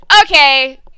Okay